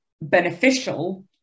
beneficial